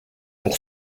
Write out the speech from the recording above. pour